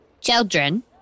Children